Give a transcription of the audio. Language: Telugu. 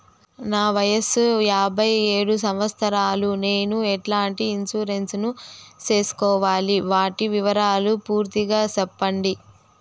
నా వయస్సు యాభై ఏడు సంవత్సరాలు నేను ఎట్లాంటి ఇన్సూరెన్సు సేసుకోవాలి? వాటి వివరాలు పూర్తి గా సెప్పండి?